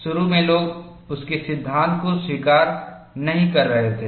शुरू में लोग उसके सिद्धांत को स्वीकार नहीं कर रहे थे